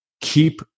keep